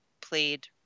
played